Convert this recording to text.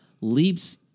leaps